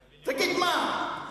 תגיד, מה,